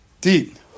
Deep